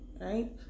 Right